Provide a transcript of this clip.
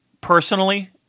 personally